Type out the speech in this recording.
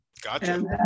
Gotcha